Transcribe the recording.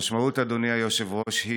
תודה, אדוני היושב-ראש.